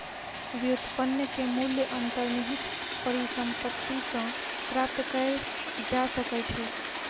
व्युत्पन्न के मूल्य अंतर्निहित परिसंपत्ति सॅ प्राप्त कय जा सकै छै